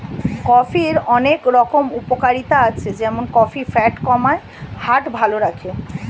কফির অনেক রকম উপকারিতা আছে যেমন কফি ফ্যাট কমায়, হার্ট ভালো রাখে